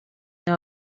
know